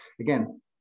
again